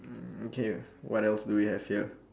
mm okay what else do we have here